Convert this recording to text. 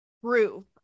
proof